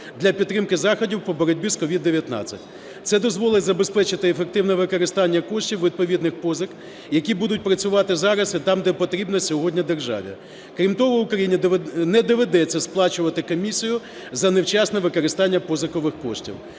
для підтримки заходів по боротьбі з СOVID-19. Це дозволить забезпечити ефективне використання коштів відповідних позик, які будуть працювати зараз і там, де потрібно сьогодні державі. Крім того, Україні не доведеться сплачувати комісію за невчасне використання позикових коштів.